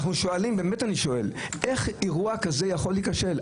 באמת אני שואל: איך אירוע כזה יכול להיכשל?